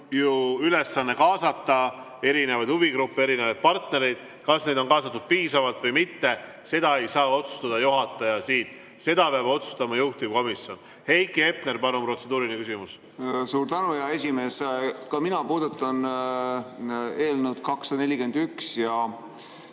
on ülesanne kaasata erinevaid huvigruppe, erinevaid partnereid. Kas neid on kaasatud piisavalt või mitte, seda ei saa otsustada juhataja, seda peab otsustama juhtivkomisjon. Heiki Hepner, palun, protseduuriline küsimus! Suur tänu, hea esimees! Ka mina puudutan eelnõu 241.